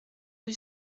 rue